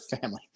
family